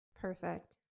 Perfect